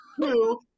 two